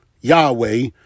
Yahweh